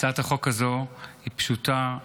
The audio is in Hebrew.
הצעת החוק הזו היא פשוטה,